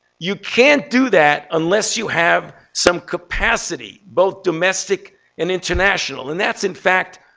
you can't do that unless you have some capacity, both domestic and international. and that's, in fact,